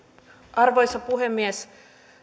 arvoisa puhemies